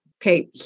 okay